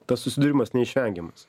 tas susidūrimas neišvengiamas